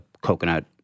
coconut